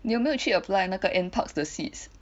你有没有去 apply 那个 Nparks 的 seeds